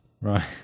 right